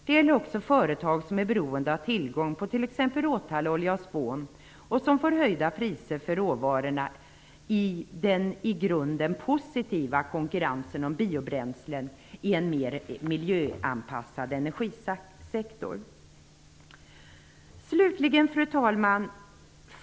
Det gäller också företag som är beroende av tillgången på t.ex. råtallolja och spån och som får höjda priser på råvarorna i den i grunden positiva konkurrensen om biobränslen inom en mera miljöanpassad energisektor. Fru talman!